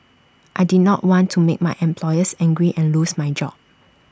I did not want to make my employers angry and lose my job